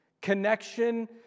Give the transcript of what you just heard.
Connection